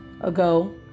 ago